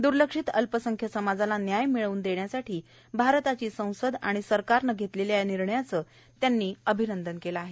द्र्लक्षीत अल्पसंख्य समाजाला न्याय मिळवून देण्यासाठी भारताची संसद आणि सरकारनं घेतलेल्या निर्णयाचं त्यांनी अभिनंदन केलं आहे